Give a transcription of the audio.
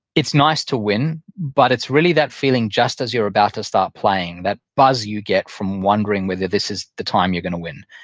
it's nice to win, but it's really that feeling just as you're about to start playing, that buzz you get from wondering whether this is the time you're going to win.